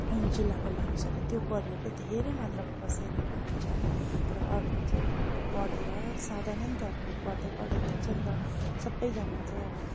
जिल्लाका मानिसहरूले त्यो करियर चाहिँ धेरै मात्रमा पछ्याइरहेका हुन्छन् र अर्को चाहिँ पढेर साधारण तवरले पढ्दै पढ्दै जान्छन् र सबैजना चाहिँ अब